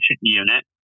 unit